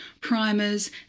primers